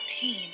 pain